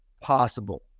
possible